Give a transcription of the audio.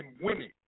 winning